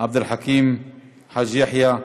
עבד אל חכים חאג' יחיא,